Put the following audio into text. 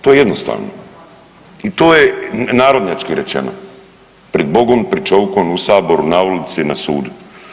To je jednostavno i to je narodnjački rečeno, prid Bogom, prid čovjekom, u Saboru, na ulici, na sudu.